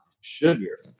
sugar